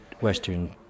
Western